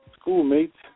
schoolmates